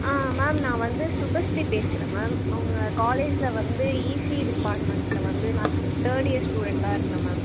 ஆ ma'am நான் வந்து சுபஸ்ரீ பேசுகிறேன் மேம் உங்கள் காலேஜில் வந்து இசிஇ டிபார்ட்மெண்ட்டில் வந்து நான் தேர்ட் இயர் ஸ்டூடெண்ட்டாக இருக்கேன் மேம்